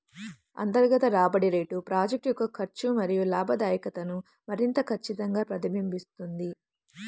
అంతర్గత రాబడి rate project యొక్క ఖర్చు మరియు లాభదాయకతను మరింత ఖచ్చితంగా ప్రతిబింబిస్తుంది